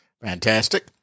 Fantastic